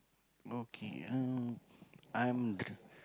okay uh I'm